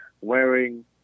wearing